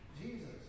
Jesus